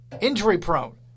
injury-prone